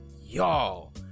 y'all